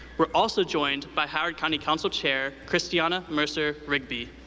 we're also joined by howard county council chair christiana mercer rigby,